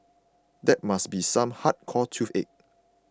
that must be some hardcore toothache